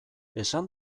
esan